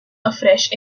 afresh